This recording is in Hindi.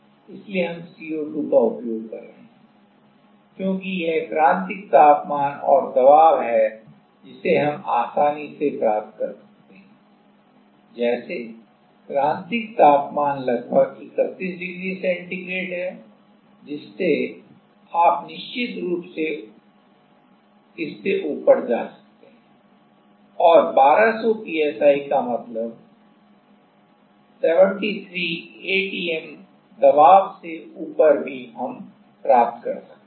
इसलिए हम CO2 का उपयोग कर रहे हैं क्योंकि यह क्रांतिक तापमान और दबाव है जिसे हम आसानी से प्राप्त कर सकते हैं जैसे क्रांतिक तापमान लगभग 31 डिग्री सेंटीग्रेड है जिससे आप निश्चित रूप से इससे ऊपर जा सकते हैं और 1200 psi का मतलब 73 ATM दबाव से ऊपर भी हम प्राप्त कर सकते हैं